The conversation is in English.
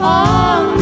on